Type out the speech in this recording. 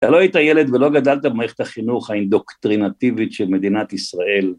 אתה לא היית ילד ולא גדלת במערכת החינוך האינדוקטרינטיבית של מדינת ישראל.